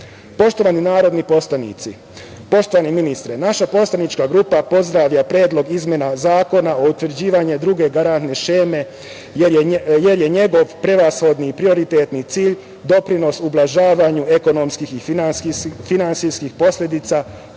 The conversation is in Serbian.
vrednosti. Poštovani narodni poslanici, poštovani ministre, naša poslanička grupa pozdravlja Predlog izmena Zakona o utvrđivanju druge garantne šeme, jer je njegov prevashodni prioritetni cilj doprinos ublažavanju ekonomskih i finansijskih posledica